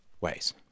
ways